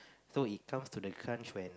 so he comes to the crunch when